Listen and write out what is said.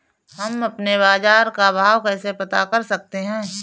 हम अपने बाजार का भाव कैसे पता कर सकते है?